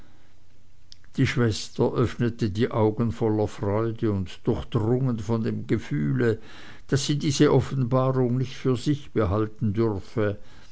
die schwester öffnete die augen voller freude und durchdrungen von dem gefühle daß sie diese offenbarung nicht für sich behalten dürfe